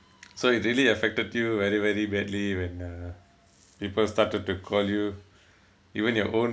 so it really affected you very very badly when uh people started to call you even your own